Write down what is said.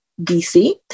DC